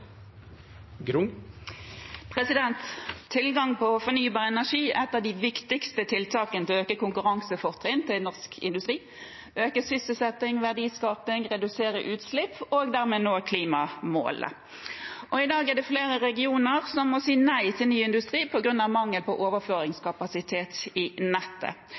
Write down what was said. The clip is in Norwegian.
Tilgang på fornybar energi er et av de viktigste tiltakene for å øke konkurransefortrinnene for norsk industri, øke sysselsettingen og verdiskapingen, redusere utslippene og dermed nå klimamålene. I dag er det flere regioner som må si nei til ny industri på grunn av mangel på overføringskapasitet i nettet.